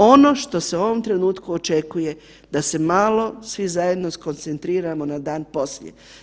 Ono što se u ovom trenutku očekuje da se malo svi zajedno skoncentriramo na dan poslije.